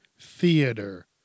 theater